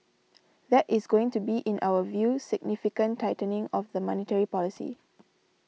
that is going to be in our view significant tightening of the monetary policy